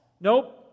nope